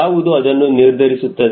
ಯಾವುದು ಅದನ್ನು ನಿರ್ಧರಿಸುತ್ತದೆ